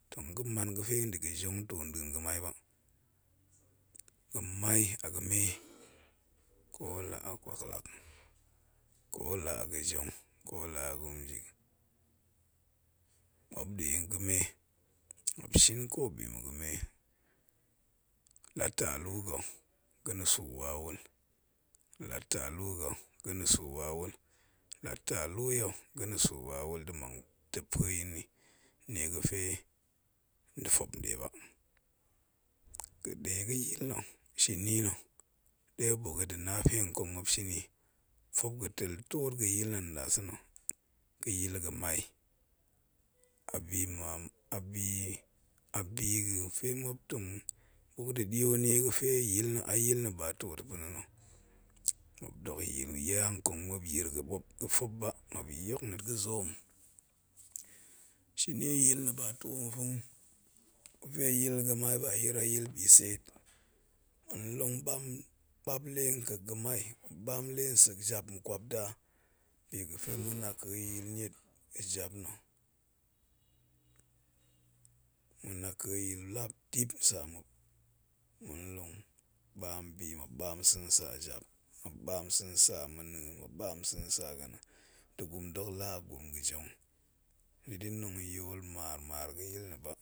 Tong ga̱ man ga̱fe nda̱ ga̱ jong tang nda̱a̱n ga̱mai ba, ga̱ma̱i a ga̱me ko la'a kwaklak, kola'a ga̱ jong, ko la'a ga̱njik, muop ndenga̱me muop shin ko bima̱ ga̱me, la ta luu ga̱ ga̱na̱ su wawul, la ta luu ya̱ ga̱ sun wawul, da̱ ten pue ya̱nni, niega̱fe nda̱ goop nde ba, ga̱de ga̱yil na̱ shini na̱, de muop buki da̱ na pennkong muop iri toop ga̱ tel tuot ga̱yil na̱ nda sa̱na̱ ga̱yil ga̱mai, abi abi ga̱fe muop tang da̱ duo ga̱ fe yil na̱ a yil ga̱fe muop tong buk da̱ tuot, ba too ta̱ pa̱na̱nna̱, muop dok yil iya nkong muop yir, ga̱ foop ba muop yok muop ga̱ zoom, shini yil na̱ ba too, ga̱fe ayil ga̱mai ba yir yil bisect ma̱a̱n long baapi le kek ga̱mai baam lernsek jap kwapda bi gə fe ma̱ naka̱ buk niet pa̱ jap nna̱, ma̱ na̱ka̱ yil lap dip nsa muop, ma̱nlong baam, sa̱ nsa jap, muop baam sa̱ nsau ma̱ nang nda̱ gurum dok a gurum ga̱ jong, ni din tong yol muan.